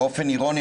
באופן אירוני,